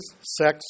sex